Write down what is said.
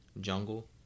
jungle